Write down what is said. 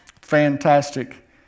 Fantastic